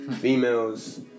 Females